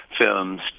films